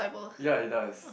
ya it does